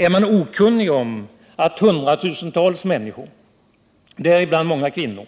Är man okunnig om att hundratusentals människor — däribland många kvinnor,